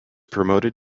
promoted